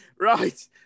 Right